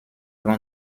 long